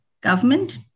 government